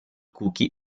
cookie